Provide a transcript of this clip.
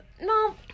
No